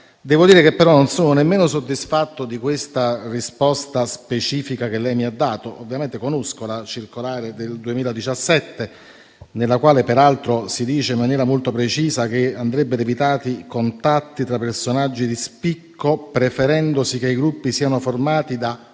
settimana fa. Non sono però nemmeno soddisfatto della risposta specifica che lei ora mi ha dato. Ovviamente conosco la circolare del 2017, nella quale peraltro si dice, in maniera molto precisa, che andrebbero evitati contatti tra personaggi di spicco, preferendosi che i gruppi siano formati da